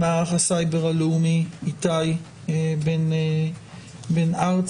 מערך הסייבר הלאומי איתי בן ארצי,